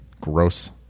gross